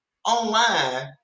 online